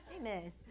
Amen